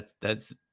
thats